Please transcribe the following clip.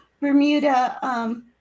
Bermuda